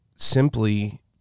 simply